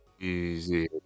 Easy